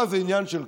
מה, זה עניין של כוח?